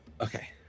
okay